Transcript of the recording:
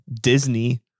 Disney